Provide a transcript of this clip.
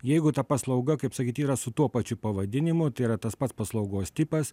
jeigu ta paslauga kaip sakyt yra su tuo pačiu pavadinimu tai yra tas pats paslaugos tipas